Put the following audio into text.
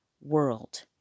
world